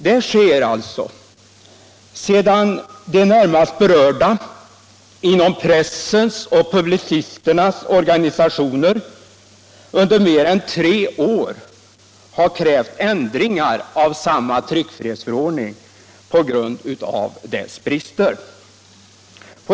Detta sker sedan de närmast berörda inom pressens och publicisternas organisationer under mer än tre år har krävt ändringar i samma tryckfrihetsförordning på grund av dess brister.